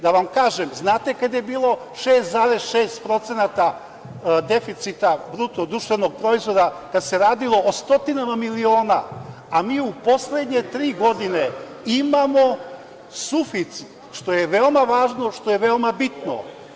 Da vam kažem, znate kada je bilo 6,6% deficita BDP, kada se radilo o stotinama miliona, a mi u poslednje tri godine imamo suficit, što je veoma važno, što je veoma bitno.